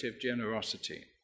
generosity